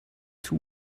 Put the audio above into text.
too